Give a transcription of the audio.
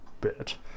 bit